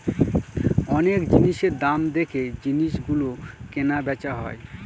অনেক জিনিসের দাম দেখে জিনিস গুলো কেনা বেচা হয়